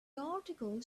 article